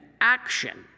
action